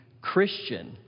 Christian